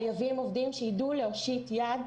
חייבים עובדים שידעו להושיט יד,